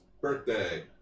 birthday